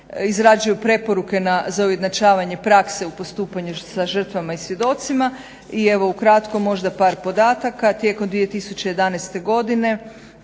izrađuju preporuke za ujednačavanje prakse u postupanju sa žrtvama i svjedocima. I evo ukratko možda par podataka tijekom 2011. godine